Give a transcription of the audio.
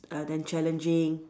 err then challenging